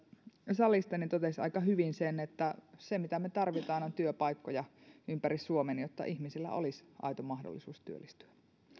salista totesi aika hyvin että se mitä me tarvitsemme on työpaikkoja ympäri suomen jotta ihmisillä olisi aito mahdollisuus työllistyä